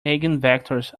eigenvectors